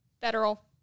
federal